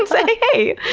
hey!